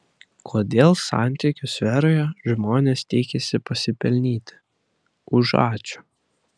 kodėl santykių sferoje žmonės tikisi pasipelnyti už ačiū